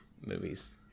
movies